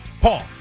Paul